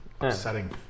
Upsetting